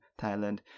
thailand